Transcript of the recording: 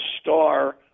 star